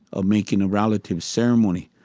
ah making a relative ceremony,